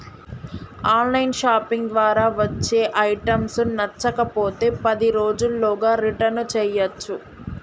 on line shopping ద్వారా వచ్చే items నచ్చకపోతే పది రోజుల్లోగా రిటర్న్ చేయ్యచ్చు